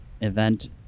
event